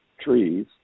trees